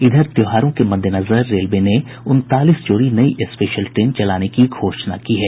इधर त्योहारों के मद्देनजर रेलवे ने उनतालीस जोड़ी नई स्पेशल ट्रेन चलाने की घोषणा की है